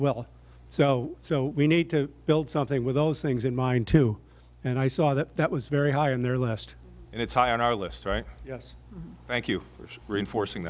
well so so we need to build something with those things in mind too and i saw that that was very high in there last and it's high on our list right yes thank you for reinforcing